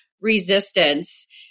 resistance